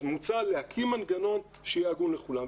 אז מוצע להקים מנגנון שיהיה אחיד לכולם.